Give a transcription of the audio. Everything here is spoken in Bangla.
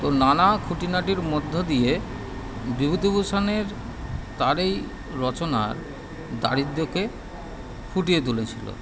তো নানা খুঁটিনাটির মধ্য দিয়ে বিভূতিভূষণের তার এই রচনা দারিদ্রকে ফুটিয়ে তুলেছিল